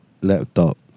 Laptop